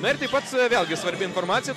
na ir taip pat vėl gi svarbi informacija